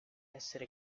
essere